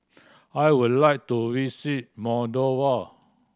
I would like to visit Moldova